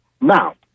Now